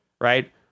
right